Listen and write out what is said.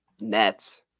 Nets